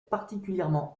particulièrement